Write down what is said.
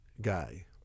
guy